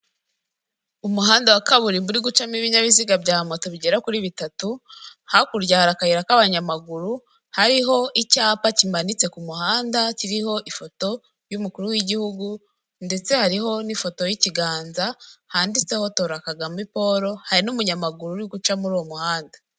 Umuhanda wa kaburimbo uri gucamo ibinyabiziga bya moto bigera kuri bitatu, hakurya hari akayira k'abanyamaguru hariho icyapa kimanitse ku muhanda kiriho ifoto y'umukuru w'igihugu ndetse hariho n'ifoto y'ikiganza handitseho tora Kagame Paul, hari n'umunyamaguru uri guca muri uwo muhanda.